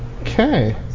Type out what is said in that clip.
Okay